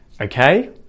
okay